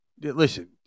Listen